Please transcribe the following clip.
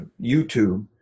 YouTube